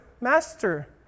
master